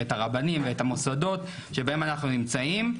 ואת הרבנים ואת המוסדות שבהם אנחנו נמצאים,